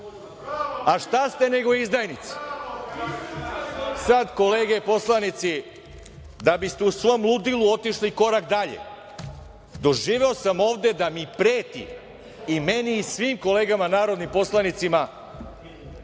A šta ste nego izdajnici? Sada, kolege poslanici, da biste u svom ludilu otišli korak dalje doživeo sam ovde da mi preti i meni i svim kolegama narodnim poslanicima